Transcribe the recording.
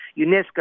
UNESCO